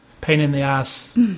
pain-in-the-ass